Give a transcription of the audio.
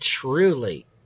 truly